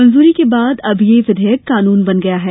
मंजूरी के बाद अब यह विधेयक कानून बन गया है